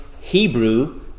Hebrew